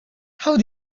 how